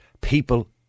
people